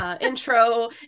intro